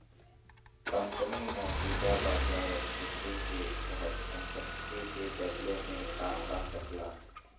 company मौजूदा बाजार स्थिति के तहत संपत्ति के बदले में का पा सकला